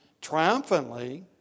triumphantly